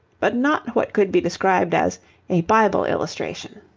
but not what could be described as a bible illustration